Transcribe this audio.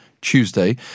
Tuesday